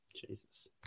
Jesus